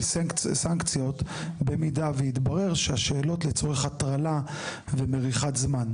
סנקציות במידה ויתברר שהשאלות לצורך הטרלה ומריחת זמן.